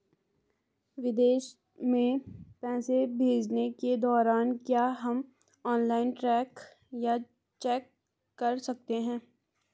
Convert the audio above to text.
विदेश में पैसे भेजने के दौरान क्या हम ऑनलाइन ट्रैक या चेक कर सकते हैं?